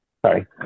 Sorry